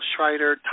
Schreider